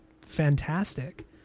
fantastic